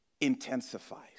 intensifies